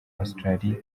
australie